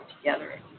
together